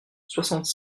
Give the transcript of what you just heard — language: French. soixante